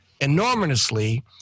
enormously